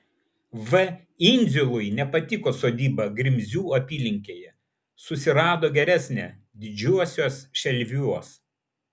v indziului nepatiko sodyba grimzių apylinkėje susirado geresnę didžiuosiuos šelviuos